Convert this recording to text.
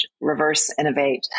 reverse-innovate